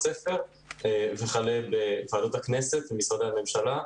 הספר וכלה בוועדות הכנסת ומשרדי הממשלה.